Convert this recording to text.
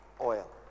Oil